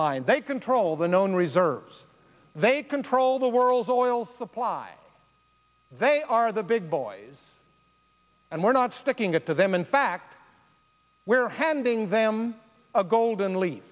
line they control the known reserves they control the world's oil supply they are the big boys and we're not sticking it to them in fact we're handing them a golden leaf